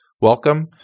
welcome